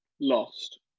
lost